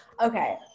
Okay